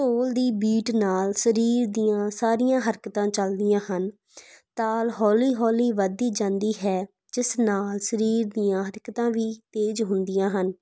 ਢੋਲ ਦੀ ਬੀਟ ਨਾਲ ਸਰੀਰ ਦੀਆਂ ਸਾਰੀਆਂ ਹਰਕਤਾਂ ਚੱਲਦੀਆਂ ਹਨ ਤਾਲ ਹੌਲੀ ਹੌਲੀ ਵਧਦੀ ਜਾਂਦੀ ਹੈ ਜਿਸ ਨਾਲ ਸਰੀਰ ਦੀਆਂ ਹਰਕਤਾਂ ਵੀ ਤੇਜ਼ ਹੁੰਦੀਆਂ ਹਨ